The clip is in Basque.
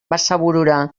basaburura